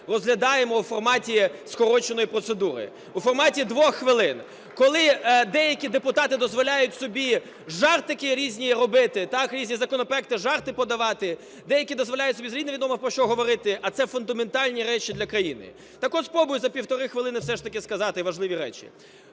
розглядаємо у форматі скороченої процедури, у форматі 2 хвилин. Коли деякі депутати дозволяють собі жартики різні робити, різні законопроекти, жарти подавати, деякі дозволяють з рідними невідомо про що говорити, а це фундаментальні речі для країни. Так от спробую за півтори хвилини все ж таки сказати важливі речі.